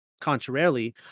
Contrarily